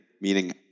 meaning